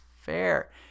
Fair